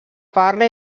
parla